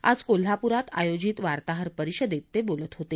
आज कोल्हापुरात आयोजित वार्ताहर परिषदेत ते बोलत होते